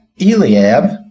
Eliab